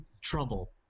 trouble